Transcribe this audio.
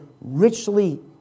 richly